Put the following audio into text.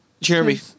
Jeremy